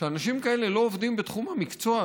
כשאנשים כאלה לא עובדים בתחום המקצוע,